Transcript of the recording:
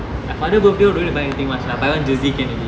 my father birthday don't need to buy anything [one] so I buy one jersey can already